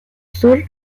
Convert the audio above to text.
sur